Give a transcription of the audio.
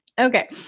Okay